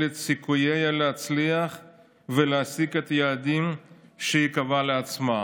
את סיכוייה להצליח ולהשיג את היעדים שהיא קבעה לעצמה".